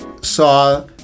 saw